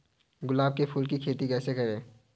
गुलाब के फूल की खेती कैसे करें?